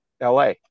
LA